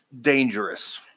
dangerous